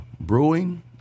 brewing